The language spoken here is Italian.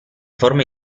forma